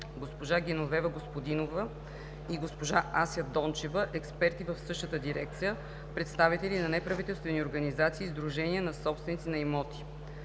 госпожа Геновева Господинова и госпожа Ася Донева – експерти в същата дирекция; представители на неправителствени организации и сдружения на собственици на имоти.